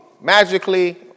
magically